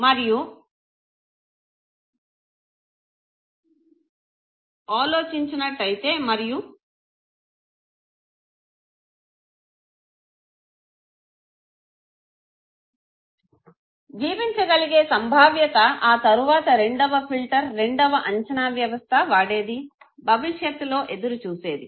మరియు జీవించగలిగే సంభావ్యత ఆ తరువాత రెండవ ఫిల్టర్ రెండవ అంచనా వ్యవస్థ వాడేది భవిష్యత్తులో ఎదురుచూసేది